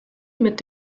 mit